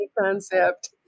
concept